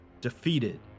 defeated